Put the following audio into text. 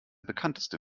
bekannteste